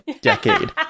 decade